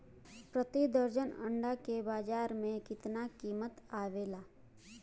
प्रति दर्जन अंडा के बाजार मे कितना कीमत आवेला?